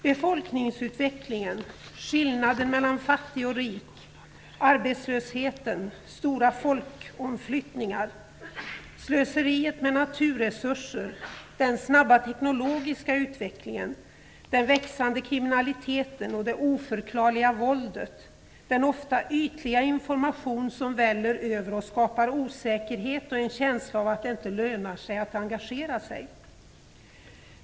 Befolkningsutvecklingen, skillnaden mellan fattig och rik, arbetslösheten, stora folkomflyttningar, slöseriet med naturresurser, den snabba teknologiska utvecklingen, den växande kriminaliteten och det oförklarliga våldet och den ofta ytliga information som väller över oss skapar osäkerhet och en känsla av att det inte lönar sig att engagera sig.